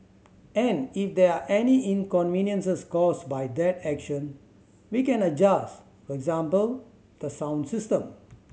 and if there are any inconveniences caused by that action we can adjust for example the sound system